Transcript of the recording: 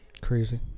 Crazy